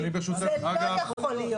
זה לא יכול להיות.